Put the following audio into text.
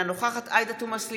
נגד מיכל שיר סגמן,